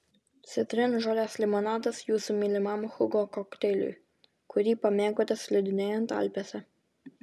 citrinžolės limonadas jūsų mylimam hugo kokteiliui kurį pamėgote slidinėjant alpėse